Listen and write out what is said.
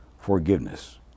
forgiveness